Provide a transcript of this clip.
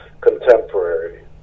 contemporary